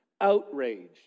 outraged